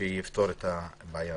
שיפתור את הבעיה.